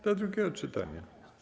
Do drugiego czytania.